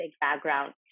background